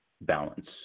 balance